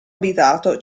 abitato